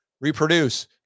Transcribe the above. reproduce